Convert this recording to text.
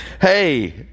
hey